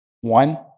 One